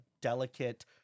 delicate